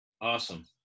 Awesome